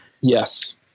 Yes